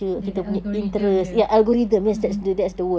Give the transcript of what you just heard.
the the algorithm dia mmhmm